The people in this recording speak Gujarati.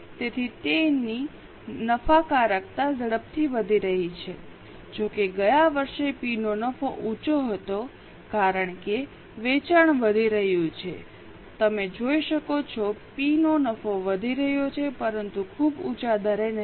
તેથી તેમની નફાકારકતા ઝડપથી વધી રહી છે જોકે ગયા વર્ષે પી નો નફો ઊંચો હતો કારણ કે વેચાણ વધી રહ્યું છે તમે જોઈ શકો છો પીનો નફો વધી રહ્યો છે પરંતુ ખૂબ ઊંચા દરે નહીં